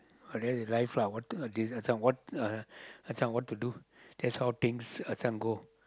but that is life lah what thing is uh this one time what thing what to do that's all things this one and go